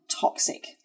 toxic